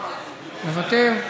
מוותר,